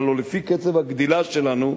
הלוא לפי קצב הגדילה שלנו,